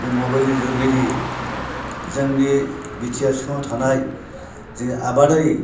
बे मबाइलनि जगिदि जोंनि बि टि आर सिङाव थानाय जि आबादारि